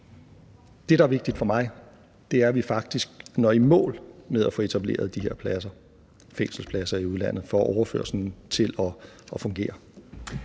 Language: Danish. Det, der er vigtigt for mig, er, at vi faktisk når i mål med at få etableret de her fængselspladser i udlandet og få overførelsen til at fungere.